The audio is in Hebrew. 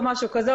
או משהו כזה,